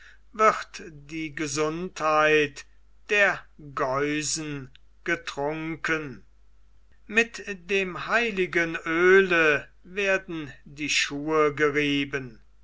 wird die gesundheit der geusen getrunken mit dem heiligen oele werden die schuhe gerieben